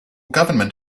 government